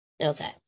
Okay